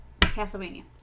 Castlevania